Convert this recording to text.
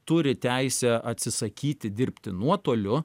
turi teisę atsisakyti dirbti nuotoliu